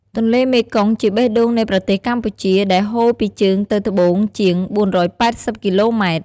ទន្លេមេគង្គជាបេះដូងនៃប្រទេសកម្ពុជា ដែលហូរពីជើងទៅត្បូងជាង ៤៨០ គីឡូម៉ែត្រ។